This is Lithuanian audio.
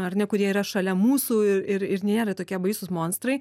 ar ne kurie yra šalia mūsų ir ir nėra tokie baisūs monstrai